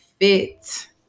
fit